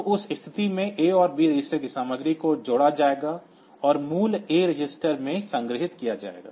तो उस स्थिति में A और B रजिस्टर की सामग्री को जोड़ा जाएगा और मूल्य A रजिस्टर में संग्रहीत किया जाएगा